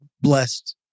blessed